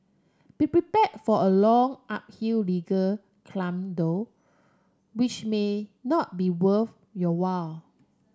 be prepared for a long uphill legal climb though which may not be worth your while